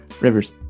Rivers